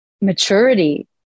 maturity